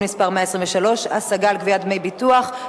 מס' 123) (השגה על קביעת דמי ביטוח),